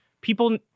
people